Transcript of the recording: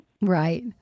Right